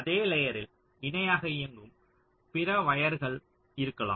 அதே லேயரில் இணையாக இயங்கும் பிற வயர்கள் இருக்கலாம்